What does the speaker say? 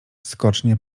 skocznie